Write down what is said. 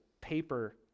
paper